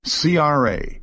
CRA